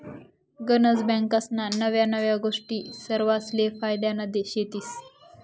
गनज बँकास्ना नव्या नव्या गोष्टी सरवासले फायद्यान्या शेतीस